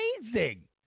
amazing